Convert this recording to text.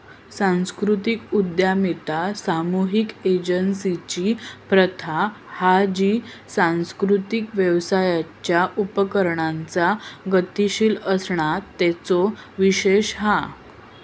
सांस्कृतिक उद्यमिता सामुहिक एजेंसिंची प्रथा हा जी सांस्कृतिक व्यवसायांच्या उपायांचा गतीशील असणा तेचो विशेष हा